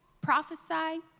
prophesy